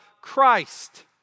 Christ